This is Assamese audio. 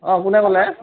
অ কোনে ক'লে